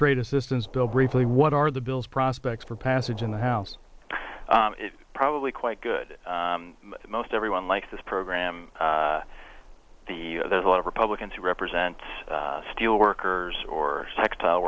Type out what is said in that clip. trade assistance bill briefly what are the bills prospects for passage in the house probably quite good most everyone likes this program the there's a lot of republicans who represent steelworkers or textile